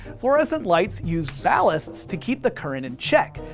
fluorescent lights use ballasts to keep the current in check.